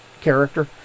character